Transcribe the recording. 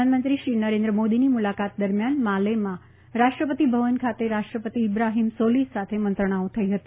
પ્રધાનમંત્રી શ્રી નરેન્દ્ર મોદીની મુલાકાત દરમિયાન માલેમાં રાષ્ટ્રપતિ ભવન ખાતે રાષ્ટ્રપતિ ઈબ્રાફીમ સોલીફ સાથે મંત્રણાઓ થઈ હતી